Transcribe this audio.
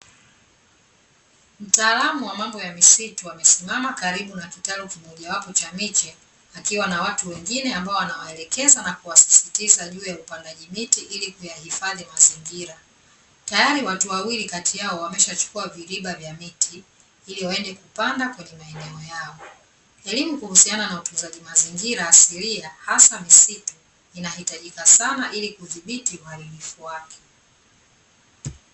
Mtaalamu wa mambo ya misitu amesimama karibu na kitalu kimojawapo cha miche, akiwa na watu wengine ambao anawaelekeza na kuwasisitiza juu ya upandaji miti, ili kuyahifadhi mazingira. Tayari watu wawili kati yao wameshachukua viriba vya miti, ili waende kupanda kwenye maeneo yao. Elimu kuhusiana na utunzaji mazingira asilia hasa misitu, inahitajika sana ili kudhibiti uharibifu wake.